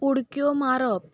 उडक्यो मारप